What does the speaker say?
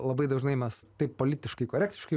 labai dažnai mes taip politiškai korektiškai